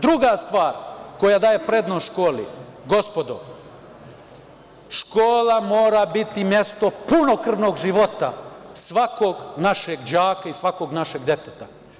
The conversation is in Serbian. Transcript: Druga stvar koja daje prednost školi, gospodo, škola mora biti mesto punokrvnog života svakog našeg đaka i svakog našeg deteta.